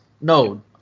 No